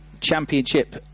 championship